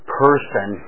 person